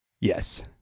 Yes